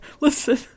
Listen